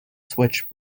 switch